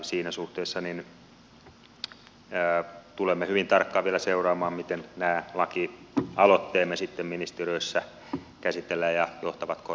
siinä suhteessa tulemme hyvin tarkkaan vielä seuraamaan miten nämä lakialoitteemme ministeriössä käsitellään ja johtavatko ne joihinkin toimenpiteisiin